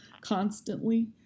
constantly